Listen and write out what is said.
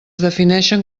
defineixen